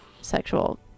sexual